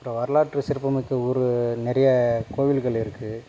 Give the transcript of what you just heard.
அப்புறம் வரலாற்று சிறப்புமிக்க ஊர் நிறைய கோவில்கள் இருக்கு